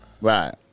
Right